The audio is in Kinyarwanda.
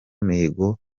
mihigo